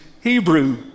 Hebrew